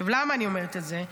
למה אני אומרת את זה?